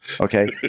Okay